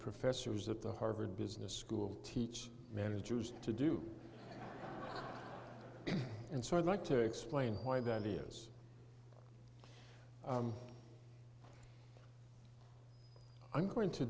professors at the harvard business school teach managers to do and so i'd like to explain why that is i'm going to